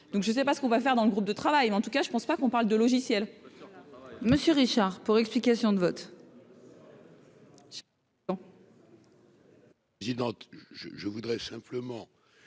donc je ne sais pas ce qu'on va faire dans le groupe de travail en tout cas je ne pense pas qu'on parle de logiciels. Monsieur Richard pour explication de vote. Dis donc, je je voudrais simplement